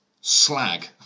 Slag